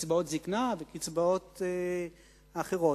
קצבאות זיקנה וקצבאות אחרות.